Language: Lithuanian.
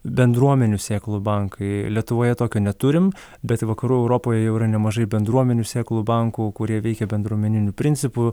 bendruomenių sėklų bankai lietuvoje tokio neturim bet vakarų europoj jau yra nemažai bendruomenių sėklų bankų kurie veikia bendruomeniniu principu